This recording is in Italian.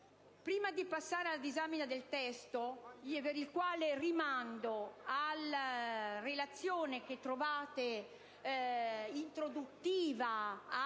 Prima di passare alla disamina del testo, per la quale rimando alla relazione introduttiva